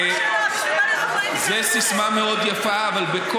או שאתה מצביע על מה שאתה מתחייב או שלא,